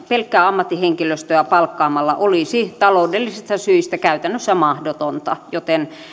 pelkkää ammattihenkilöstöä palkkaamalla olisi taloudellisista syistä käytännössä mahdotonta joten